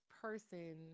person